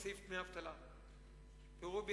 רובי,